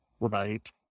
Right